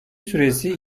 süresi